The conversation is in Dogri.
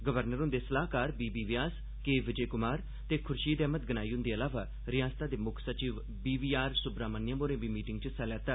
गवर्नर हुंदे सलाह्कार B B Vyas K Vijay Kumar ते खुर्शीद अहमद गनाई हुंदे अलावा रिआसता दे मुक्ख सचिव बी वी आर सुब्रहाण्यम होरें बी मीटिंग च हिस्सा लैता